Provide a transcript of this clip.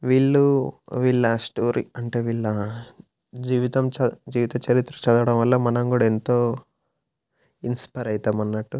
వీళ్ళు వీళ్ళ స్టోరీ అంటే వీళ్ళ జీవితం చ జీవిత చరిత్ర చదవడం వల్ల మనం కూడా ఎంతో ఇన్స్పైర్ అవుతామన్నట్టు